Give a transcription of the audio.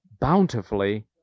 bountifully